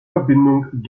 verbindung